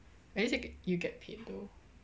at least you get you get paid though